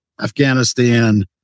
Afghanistan